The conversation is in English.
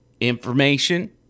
Information